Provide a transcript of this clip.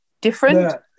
different